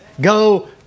go